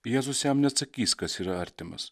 jiezus jam neatsakys kas yra artimas